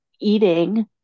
eating